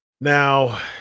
Now